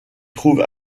trouve